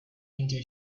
into